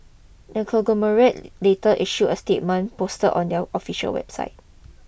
the conglomerate later issue a statement post on their official website